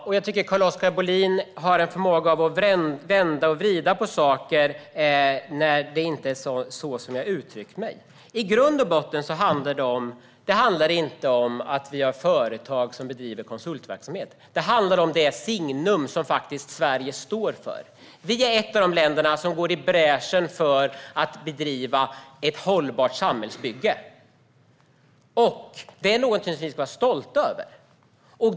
Fru talman! Carl-Oskar Bohlin har en förmåga att vända och vrida på saker. Det är inte så som jag uttryckt mig. I grund och botten handlar det inte om att vi har företag som bedriver konsultverksamhet. Det handlar om det signum som Sverige står för. Vi är ett av de länder som går bräschen för att bedriva ett hållbart samhällsbygge. Det är någonting som vi ska vara stolta över.